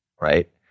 right